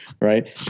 right